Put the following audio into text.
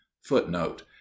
footnote